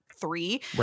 three